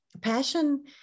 passion